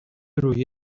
روحیه